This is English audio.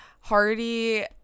Hardy